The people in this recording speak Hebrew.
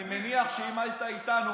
אני מניח שאם היית איתנו,